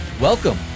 Welcome